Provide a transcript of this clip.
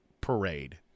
parade